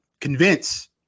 convince